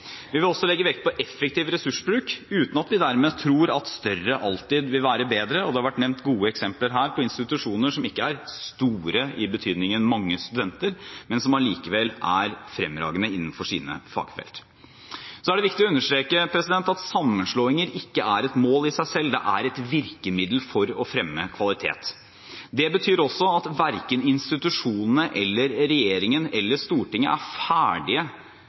Vi vil også legge vekt på effektiv ressursbruk, uten at vi dermed tror at større alltid vil være bedre, og det har vært nevnt gode eksempler her på institusjoner som ikke er store i betydningen mange studenter, men som allikevel er fremragende innenfor sine fagfelt. Det er også viktig å understreke at sammenslåinger ikke er et mål i seg selv, det er et virkemiddel for å fremme kvalitet. Det betyr også at verken institusjonene eller regjeringen eller Stortinget er